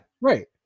right